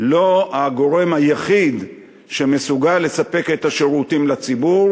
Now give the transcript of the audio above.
לא הגורם היחיד שמסוגל לספק את השירותים לציבור.